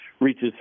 reaches